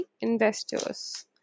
investors